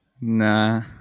Nah